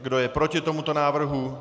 Kdo je proti tomuto návrhu?